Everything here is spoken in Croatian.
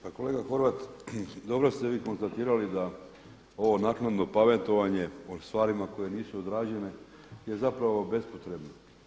Pa kolega Horvat, dobro ste vi konstatirali da ovo naknadno pametovanje o stvarima koje nisu odrađene je zapravo bespotrebno.